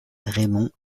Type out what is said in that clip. raymond